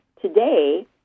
today